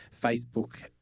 Facebook